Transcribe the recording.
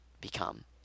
become